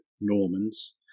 normans